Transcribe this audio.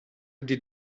did